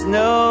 no